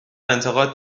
انتقاد